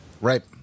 right